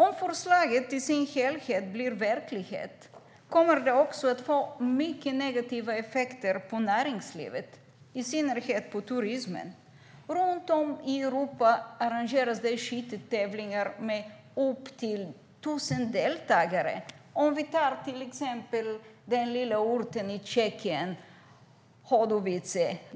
Om förslaget i sin helhet blir verklighet kommer det också att få mycket negativa effekter på näringslivet, i synnerhet på turismen. Runt om i Europa arrangeras skyttetävlingar med upp till 1 000 deltagare. Vi kan till exempel ta den lilla orten Hodonice i Tjeckien. Dit